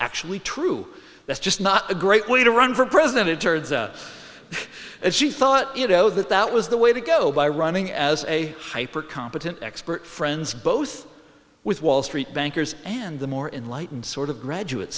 actually true that's just not a great way to run for president it turns out that she thought it oh that that was the way to go by running as a hyper competent expert friends both with wall street bankers and the more in light and sort of graduate